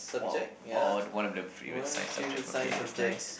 !wow! oh oh the one of the favorite science subject okay that's nice